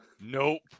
Nope